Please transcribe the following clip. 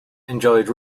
enjoyed